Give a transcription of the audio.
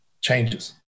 changes